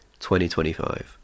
2025